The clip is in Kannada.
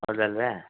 ಹೌದಲ್ವೇ